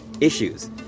issues